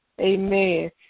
Amen